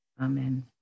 Amen